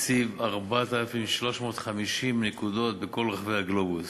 הציב 4,350 נקודות בכל רחבי הגלובוס.